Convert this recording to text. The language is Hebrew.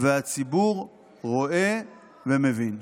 והציבור רואה ומבין.